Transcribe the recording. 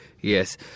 Yes